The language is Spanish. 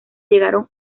llegaron